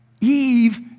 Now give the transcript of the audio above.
Eve